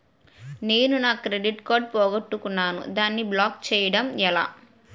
నేను నా credit card పోగొట్టుకున్నాను దానిని బ్లాక్ చేయడం ఎలా?